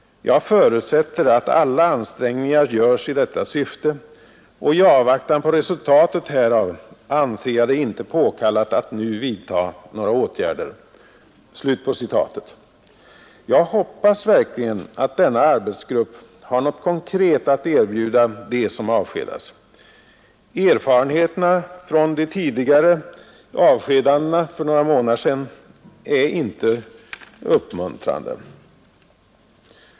Jag förutsätter att alla ansträngningar görs i detta syfte och i avvaktan på resultat härav anser jag det inte påkallat att nu vidta några åtgärder.” Jag hoppas verkligen att denna arbetsgrupp har något konkret att erbjuda dem som avskedas. Erfarenheterna från tidigare avskedanden för några månader sedan är inte uppmuntrande.